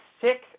sick